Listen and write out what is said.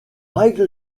règle